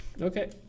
Okay